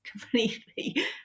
completely